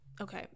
Okay